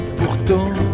pourtant